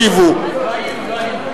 הכנסת)